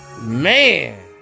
Man